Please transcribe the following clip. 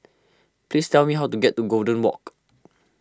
please tell me how to get to Golden Walk